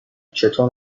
چطور